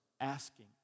asking